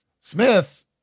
Smith